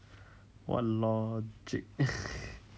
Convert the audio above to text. what logic